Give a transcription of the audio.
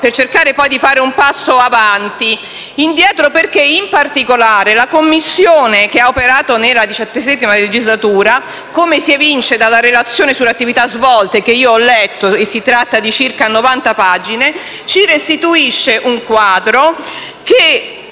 cercare poi di fare un passo avanti. Parlo di un passo indietro perché in particolare la Commissione che ha operato nella XVII legislatura, come si evince dalla relazione sulle attività svolte che ho letto (si tratta di circa 90 pagine), ci restituisce un quadro che